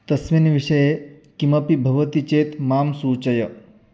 तस्मिन् विषये किमपि भवति चेत् मां सूचय